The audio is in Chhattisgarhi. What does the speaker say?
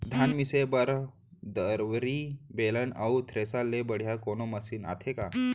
धान मिसे बर दंवरि, बेलन अऊ थ्रेसर ले बढ़िया कोनो मशीन आथे का?